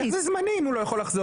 איך זה זמני אם הוא לא יכול לחזור.